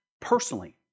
personally